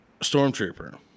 Stormtrooper